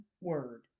word